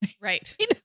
Right